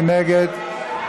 מי נגד?